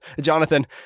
Jonathan